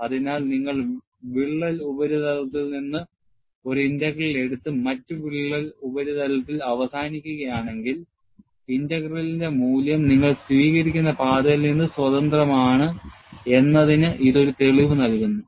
അതിനാൽ നിങ്ങൾ വിള്ളൽ ഉപരിതലത്തിൽ നിന്ന് ഒരു ഇന്റഗ്രൽ എടുത്ത് മറ്റ് വിള്ളൽ ഉപരിതലത്തിൽ അവസാനിക്കുകയാണെങ്കിൽ ഇന്റഗ്രലിന്റെ മൂല്യം നിങ്ങൾ സ്വീകരിക്കുന്ന പാതയിൽ നിന്ന് സ്വതന്ത്രമാണ് എന്നതിന് ഇത് ഒരു തെളിവ് നൽകുന്നു